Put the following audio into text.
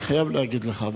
אני חייב להגיד לך,